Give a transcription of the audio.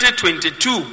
2022